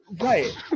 Right